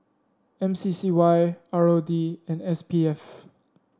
M C C Y R O D and S P F